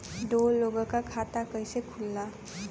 दो लोगक खाता कइसे खुल्ला?